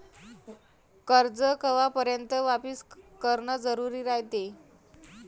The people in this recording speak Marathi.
कर्ज कवापर्यंत वापिस करन जरुरी रायते?